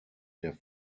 der